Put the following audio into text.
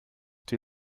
die